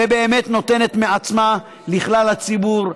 ובאמת נותנת מעצמה לכלל הציבור,